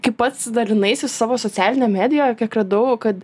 kaip pats dalinaisi su savo socialine medijoj kiek radau kad